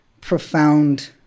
profound